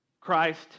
Christ